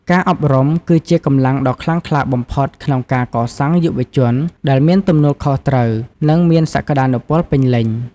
ការអប់រំ គឺជាកម្លាំងដ៏ខ្លាំងក្លាបំផុតក្នុងការកសាងយុវជនដែលមានទំនួលខុសត្រូវ និងមានសក្តានុពលពេញលេញ។